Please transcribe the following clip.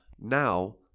now